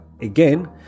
again